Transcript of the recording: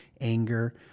anger